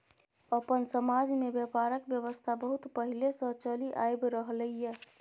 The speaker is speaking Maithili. अपन समाज में ब्यापारक व्यवस्था बहुत पहले से चलि आइब रहले ये